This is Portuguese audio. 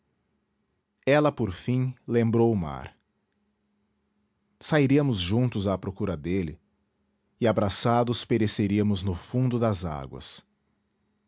ela por fim lembrou o mar sairíamos juntos à procura dele e abraçados pereceríamos no fundo das águas